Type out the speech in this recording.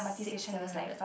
six seven hundred